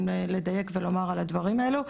אם לדייק ולומר על הדברים האלה.